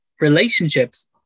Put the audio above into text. relationships